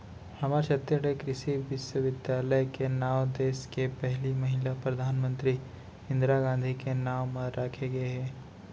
हमर छत्तीसगढ़ के कृषि बिस्वबिद्यालय के नांव देस के पहिली महिला परधानमंतरी इंदिरा गांधी के नांव म राखे गे हे